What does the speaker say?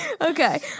Okay